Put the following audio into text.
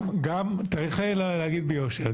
צריך להגיד ביושר,